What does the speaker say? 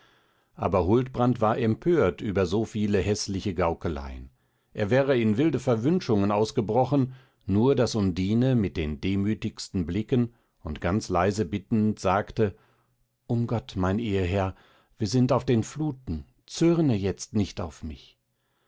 aber huldbrand war empört über so viele häßliche gaukeleien er wäre in wilde verwünschungen ausgebrochen nur daß undine mit den demütigsten blicken und ganz leise bittend sagte um gott mein eheherr wir sind auf den fluten zürne jetzt nicht auf mich